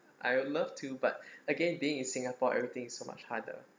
I would love to but again being in singapore everything is so much harder